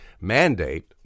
mandate